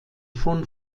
von